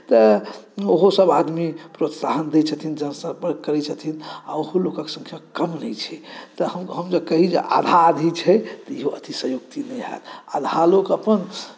तऽ ओहो सभ आदमी प्रोत्साहन दै छथिन संपर्क करै छथिन आ ओहु लोकके सँख्या कम नहि छै तऽ हम जे कही आधा आधी छै तऽ ईहो अतिश्योक्ति नहि हैत आधा लोक अपन